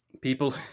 People